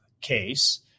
case